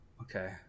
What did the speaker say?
Okay